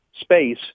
space